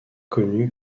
connus